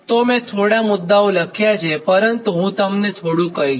તો મેં થોડા મુદ્દાઓ લખ્યા છે પરંતુ હું તમને થોડું કહીશ